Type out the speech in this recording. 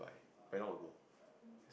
I very long ago